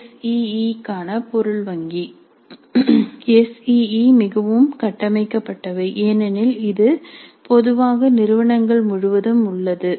S E க்கான பொருள் வங்கி எஸ் இஇ மிகவும் கட்டமைக்கப்பட்டவை ஏனெனில் இது பொதுவாக நிறுவனங்கள் முழுவதும் உள்ளது